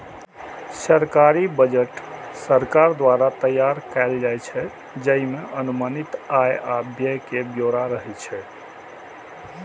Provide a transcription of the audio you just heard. सरकारी बजट सरकार द्वारा तैयार कैल जाइ छै, जइमे अनुमानित आय आ व्यय के ब्यौरा रहै छै